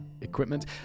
equipment